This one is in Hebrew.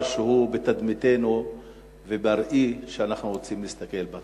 שהוא בתדמיתנו ובראי שאנחנו רוצים להסתכל בו.